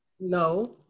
No